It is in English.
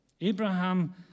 Abraham